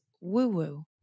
woo-woo